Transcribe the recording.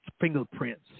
fingerprints